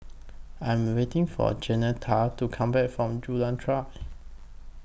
I Am waiting For Jaunita to Come Back from Jalan Turi